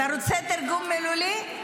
אתה רוצה תרגום מילולי?